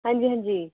हंजी हंजी